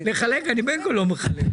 לחלק אני בין כה לא מחלק.